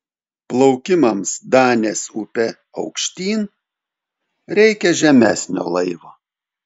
plaukimams danės upe aukštyn reikia žemesnio laivo